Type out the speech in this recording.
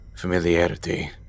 familiarity